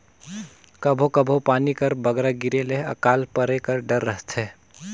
कभों कभों पानी कर बगरा गिरे ले अकाल परे कर डर रहथे